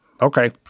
okay